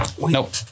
Nope